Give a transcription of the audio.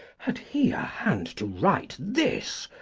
had he a hand to write this?